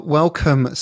welcome